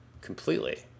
completely